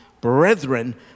brethren